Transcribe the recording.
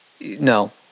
No